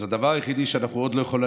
אז הדבר היחידי שאנחנו עוד לא יכולים